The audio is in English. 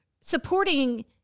supporting